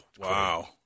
Wow